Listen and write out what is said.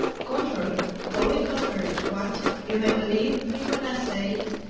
contrary, wholly contrary, to what, you may believe me when i say it,